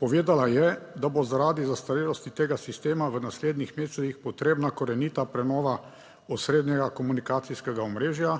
Povedala je, da bo zaradi zastarelosti tega sistema v naslednjih mesecih potrebna korenita prenova osrednjega komunikacijskega omrežja